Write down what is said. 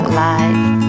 life